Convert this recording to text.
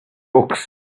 books